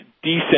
decent